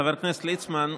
חבר הכנסת ליצמן,